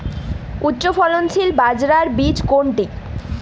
উচ্চফলনশীল বাজরার বীজ কোনটি?